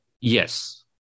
Yes